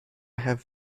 have